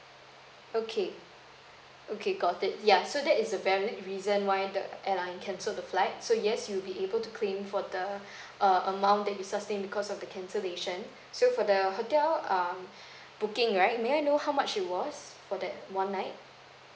okay okay got it ya so that is a valid reason why the airline canceled the flight so yes you'll be able to claim for the uh amount that you sustain because of the cancellation so for the hotel um booking right may I know how much it was for that one night